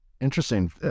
Interesting